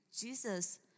Jesus